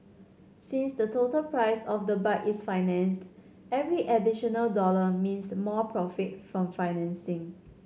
since the total price of the bike is financed every additional dollar means more profit from financing